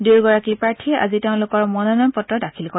দুয়োগৰাকী প্ৰাৰ্থীয়ে আজি তেওঁলোকৰ মনোনয়ন পত্ৰ দাখিল কৰে